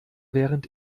während